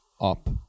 up